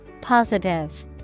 Positive